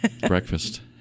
Breakfast